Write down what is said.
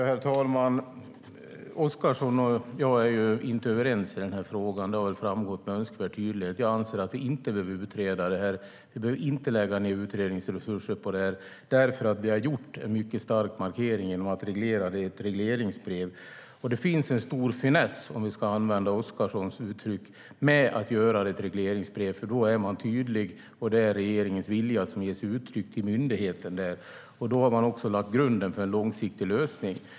Herr talman! Oscarsson och jag är inte överens i frågan. Det har väl framgått med önskvärd tydlighet. Jag anser att vi inte behöver utreda det här. Vi behöver inte lägga utredningsresurser på det här eftersom vi har gjort en mycket stark markering genom att reglera det i ett regleringsbrev. Det finns en stor finess, för att använda Oscarssons uttryck, med att göra det i ett regleringsbrev. Då är man nämligen tydlig, och det ges uttryck för regeringens vilja till myndigheten. Då har man också lagt grunden för en långsiktig lösning.